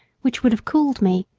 which would have cooled me,